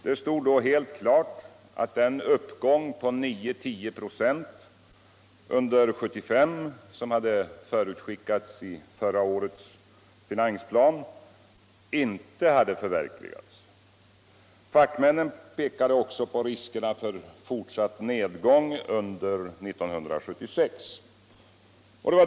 Det stod då helt klart, att den uppgång på 9-10 926 under 1975 som hade förutskickats i förra årets finansplaner inte hade förverkligats. Fackmännen pekade också på riskerna för fortsatt nedgång under 1976.